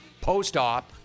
post-op